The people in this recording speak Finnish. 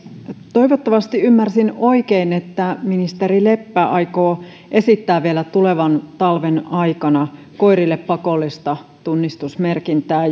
toivottavasti ymmärsin oikein että ministeri leppä aikoo esittää vielä tulevan talven aikana koirille pakollista tunnistusmerkintää